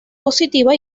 positiva